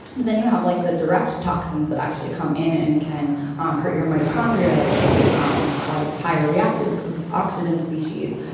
then you have like the direct toxins that actually come in and can um hurt your mitochondria. they um cause higher reactive oxygen species,